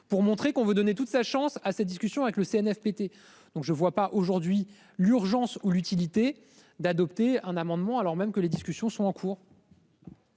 pour montrer qu'on veut donner toute sa chance à cette discussion avec le Cnfpt. Donc je ne vois pas aujourd'hui l'urgence ou l'utilité d'adopter un amendement alors même que les discussions sont en cours.--